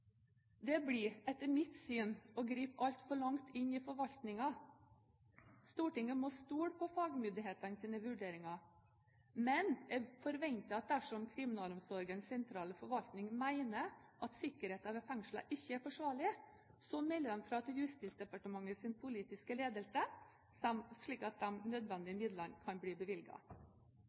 Det blir etter mitt syn å gripe altfor langt inn i forvaltningen. Stortinget må stole på fagmyndighetenes vurderinger. Men jeg forventer at dersom Kriminalomsorgens sentrale forvaltning mener at sikkerheten ved fengslene ikke er forsvarlig, melder de fra til Justisdepartementets politiske ledelse, slik at de nødvendige midlene kan bli